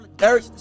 eric